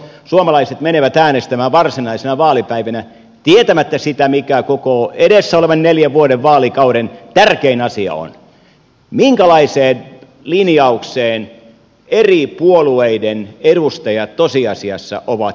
suomalaiset menevät äänestämään varsinaisena vaalipäivänä tietämättä sitä mikä koko edessä olevan neljän vuoden vaalikauden tärkein asia on minkälaiseen linjaukseen eri puolueiden edustajat tosiasiassa ovat sitoutuneet